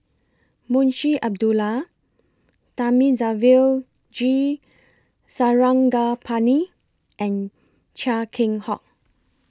Munshi Abdullah Thamizhavel G Sarangapani and Chia Keng Hock